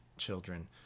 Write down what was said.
children